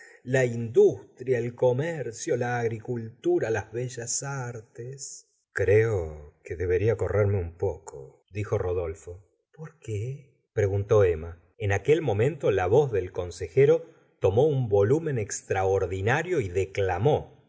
la industria el comercio la agricultura las bellas artes creo que deberla correrme un poco dijo rodolfo qué preguntó emma en aquel momento la voz del consejero tomó un volúmen extraordinario y declamó